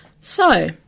So